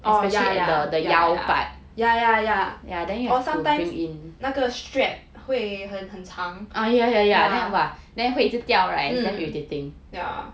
oh ya ya ya ya ya or sometimes in 那个 strap 会很很长 ya mm ya